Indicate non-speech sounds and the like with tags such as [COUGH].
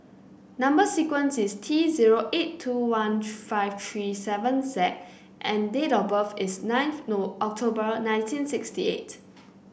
number sequence is T zero eight two one [UNINTELLIGIBLE] five three seven Z and date of birth is ninth [UNINTELLIGIBLE] October nineteen sixty nine